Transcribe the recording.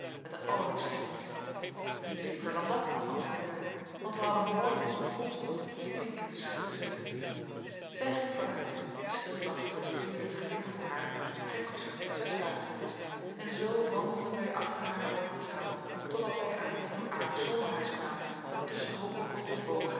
met een allerliefst stemmetje niets liever dan dat antwoordden wij want wij hadden mooi onze bekomst van in die stinkende schuur te zitten zij ging vooruit de schildwachten presenteerden het geweer voor haar krek of zij een prinses ware geweest en zoo wandelden wij achter haar over het veld totdat wij aan een heel aardig zomerhuis kwamen dat tusschen hooge